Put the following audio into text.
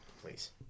please